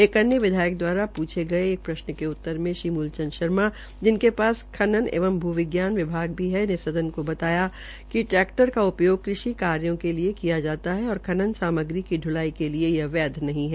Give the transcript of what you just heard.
एक अन्य विधायक द्वारा पूछे गए प्रश्न के उत्तर में श्री मूलचंद शर्मा जिनके पास खान एवं भू विज्ञान विभाग भी है ने सदन को बताया कि ट्रैक्टर का उपयोग कृषि कार्यों के लिए किया जाता है और खनन सामग्री की द्वलाई के लिए यह वैध नहीं है